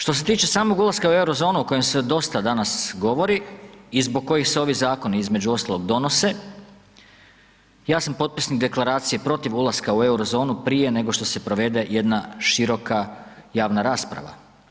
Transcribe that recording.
Što se tiče samog ulaska u euro zonu o kojem se dosta danas govori i zbog kojih se ovi zakoni između ostalog donose, ja sam potpisnik deklaracije protiv ulaska u euro zonu prije nego što se provede jedna široka javna rasprava.